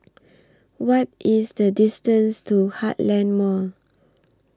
What IS The distance to Heartland Mall